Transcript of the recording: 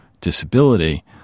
disability